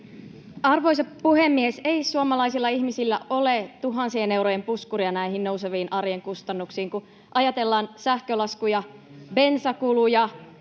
Arvoisa puhemies! Ei suomalaisilla ihmisillä ole tuhansien eurojen puskuria näihin nouseviin arjen kustannuksiin, kun ajatellaan sähkölaskuja, bensakuluja,